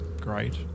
great